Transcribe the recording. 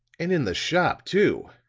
and in the shop too!